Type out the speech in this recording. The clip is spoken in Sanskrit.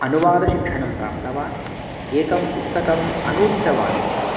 अनुवादशिक्षणं प्राप्तवान् एकं पुस्तकम् अनुदितवान् च